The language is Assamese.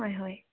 হয় হয়